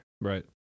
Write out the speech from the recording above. Right